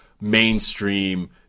mainstream